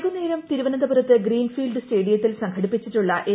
വൈകുന്നേരം തിരുവനന്തപുരത്ത് ഗ്രീൻഫീൽഡ് സ്റ്റേഡിയത്തിൽ സംഘട്ടിപ്പിച്ചിട്ടുള്ള എൻ